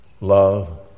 love